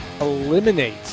eliminate